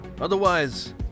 Otherwise